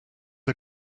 are